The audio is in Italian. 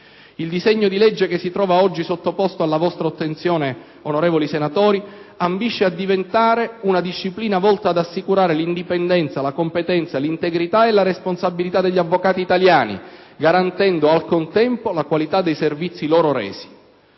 Il disegno di legge che si trova oggi sottoposto alla vostra attenzione, onorevoli senatori, ambisce a diventare una disciplina volta ad assicurare l'indipendenza, la competenza, l'integrità e la responsabilità degli avvocati italiani, garantendo al contempo la qualità dei servizi da loro resi.